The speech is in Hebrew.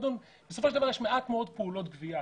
בסופו של דבר יש מעט מאוד פעולות גבייה,